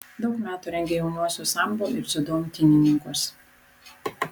daug metų rengė jaunuosius sambo ir dziudo imtynininkus